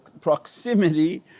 proximity